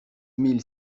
mille